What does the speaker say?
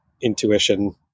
intuition